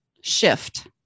shift